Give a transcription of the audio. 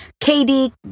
Katie